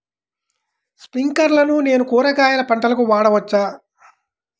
స్ప్రింక్లర్లను నేను కూరగాయల పంటలకు వాడవచ్చా?